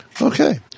Okay